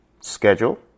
Schedule